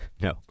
No